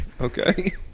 Okay